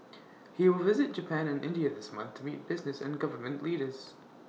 he will visit Japan and India this month to meet business and government leaders